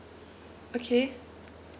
okay